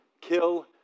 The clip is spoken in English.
kill